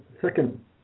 second